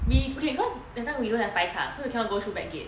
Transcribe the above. we okay cause that time we don't have 白卡 so we can go through back gate